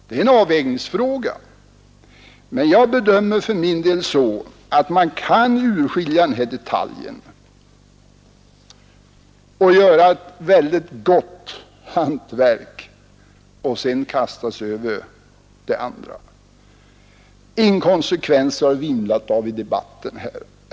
Det är en avvägningsfråga, men jag bedömer saken så att man kan skilja ut den här detaljen och göra ett mycket gott hantverk och sedan kasta sig över det andra. Inkonsekvenser har det vimlat av i debatten här.